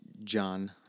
John